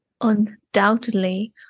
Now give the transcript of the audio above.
undoubtedly